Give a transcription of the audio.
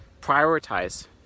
prioritize